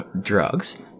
drugs